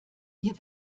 ihr